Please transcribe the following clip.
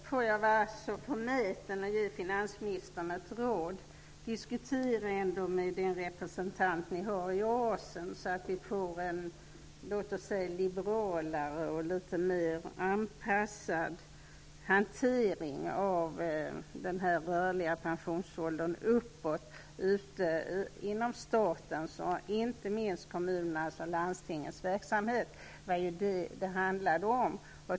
Fru talman! Får jag vara så förmäten att ge finansministern ett råd? Diskutera ändå med er representant i Oasen, så att vi får en liberalare och litet mer anpassad hantering av den rörliga pensionsåldern uppåt inom statens och inte minst kommunernas och landstingens verksamhet. Det var ju det det handlade om.